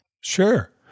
Sure